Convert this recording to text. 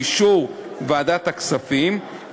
באישור ועדת הכספים,